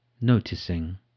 noticing